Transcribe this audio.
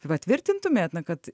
patvirtintumėt kad